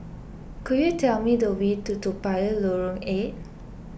could you tell me the way to Toa Payoh Lorong eight